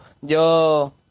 Yo